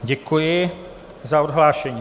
Děkuji za odhlášení.